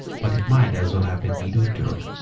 but it might as well have been mid-winter.